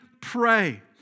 pray